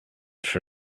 for